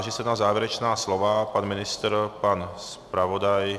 Táži se na závěrečná slova pan ministr, pan zpravodaj?